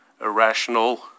irrational